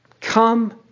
come